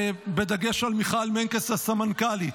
בדגש על מיכל מנקס, הסמנכ"לית,